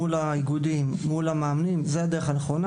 מול האיגודים ומול המאמנים זוהי הדרך הנכונה.